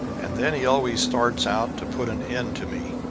and then he always starts out to put an end to me.